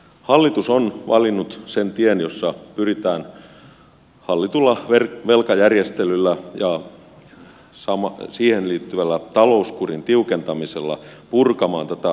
hallitus on valinnut sen tien jossa pyritään hallitulla velkajärjestelyllä ja siihen liittyvällä talouskurin tiukentamisella purkamaan tätä akuuttia kriisiä